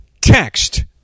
text